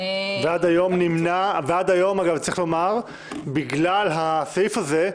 עד היום, בגלל הסעיף הזה,